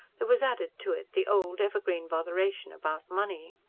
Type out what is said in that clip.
there was added to it the old, evergreen botheration about money.